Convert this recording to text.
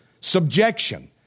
subjection